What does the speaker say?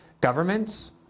governments